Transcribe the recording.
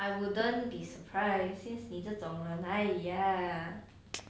I wouldn't be surprised since 你这种人 !aiya!